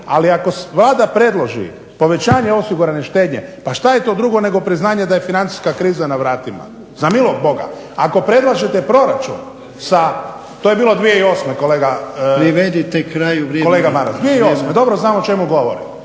Ali ako Vlada predloži povećanje osigurane štednje, pa šta je to drugo nego priznanje da je financijska kriza na vratima. Za milog Boga. Ako predlažete proračun sa, to je bilo 2008. kolega. **Jarnjak, Ivan